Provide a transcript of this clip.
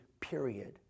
period